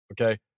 Okay